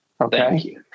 Okay